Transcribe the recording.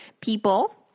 People